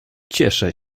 cieszę